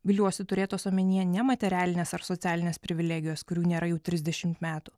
viliuosi turėtos omenyje ne materialinės ar socialinės privilegijos kurių nėra jau trisdešimt metų